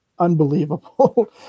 unbelievable